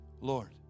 Lord